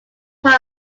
part